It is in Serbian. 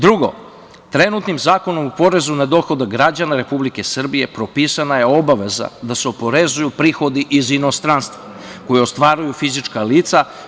Drugo, trenutnim Zakonom o porezu na dohodak građana propisana je obaveza da se oporezuju prihodi iz inostranstva, koje ostvaruju fizička lica.